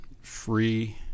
free